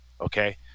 Okay